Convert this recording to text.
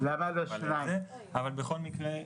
אבל בכל מקרה,